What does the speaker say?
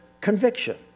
Conviction